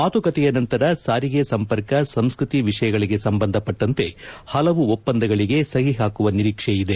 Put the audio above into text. ಮಾತುಕತೆಯ ನಂತರ ಸಾರಿಗೆ ಸಂಪರ್ಕ ಸಂಸ್ಕತಿ ವಿಷಯಗಳಗೆ ಸಂಬಂಧಪಟ್ಟಂತೆ ಹಲವು ಒಪ್ಪಂದಗಳಿಗೆ ಸಹಿ ಹಾಕುವ ನಿರೀಕ್ಷೆಯಿದೆ